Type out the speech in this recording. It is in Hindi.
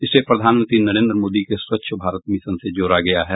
इसे प्रधानमंत्री नरेन्द्र मोदी के स्वच्छ भारत मिशन से जोड़ा गया है